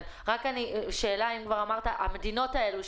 המדינות האלו,